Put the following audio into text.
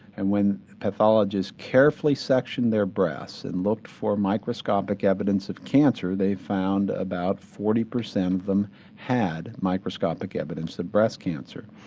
and when pathologists carefully sectioned their breasts and looked for microscopic evidence of cancer they found about forty percent of them had microscopic evidence of breast cancer.